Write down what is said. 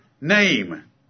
name